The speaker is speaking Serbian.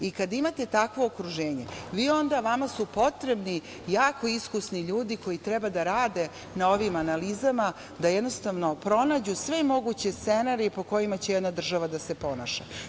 I kad imate takvo okruženje, vama su onda potrebni jako iskusni ljudi koji treba da rade na ovim analizama, da jednostavno pronađu sve moguće scenarije po kojima će jedna država da se ponaša.